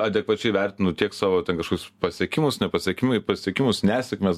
adekvačiai vertinu tiek savo ten kažkius pasiekimus ne pasiekimai pasiekimus nesėkmes